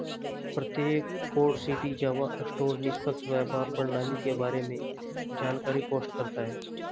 प्रत्येक Port City Java store निष्पक्ष व्यापार प्रणाली के बारे में जानकारी पोस्ट करता है